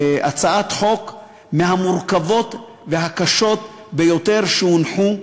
הצעת חוק מהמורכבות והקשות ביותר שהונחו,